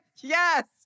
yes